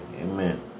Amen